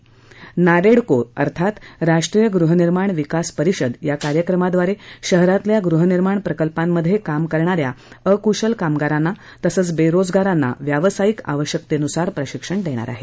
नारछ्को अर्थात राष्ट्रीय गृहनिर्माण विकास परिषद या कार्यक्रमाद्वारा शहरातल्या गृहनिर्माण प्रकल्पांमध्ये काम करणाऱ्या अकुशल कामगारांना तसंच बर्षेजिगारांना व्यावसायिकांना आवश्यकतसुझार प्रशिक्षण देणार आहे